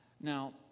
Now